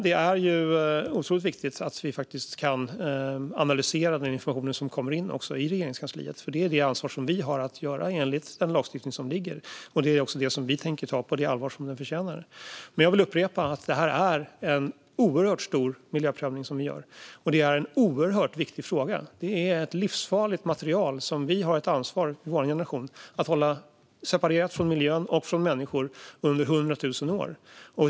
Det är otroligt viktigt att vi kan analysera den information som kommer in till Regeringskansliet, för vi har ansvar att göra det enligt den lagstiftning som gäller. Vi tänker ta detta på det allvar det förtjänar. Jag vill upprepa att det är en oerhört stor miljöprövning vi gör och att det är en oerhört viktig fråga. Detta är ett livsfarligt material, och vår generation har ett ansvar att hålla det separerat från miljö och människor under hundra tusen år.